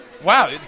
Wow